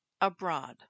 abroad